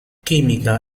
chimica